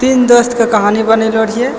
तीन दोस्त के कहानी बनेलों रहिए